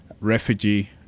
Refugee